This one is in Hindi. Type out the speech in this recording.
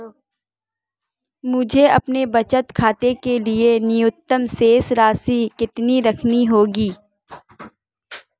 मुझे अपने बचत खाते के लिए न्यूनतम शेष राशि कितनी रखनी होगी?